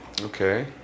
Okay